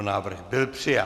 Návrh byl přijat.